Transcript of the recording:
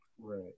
Right